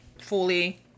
fully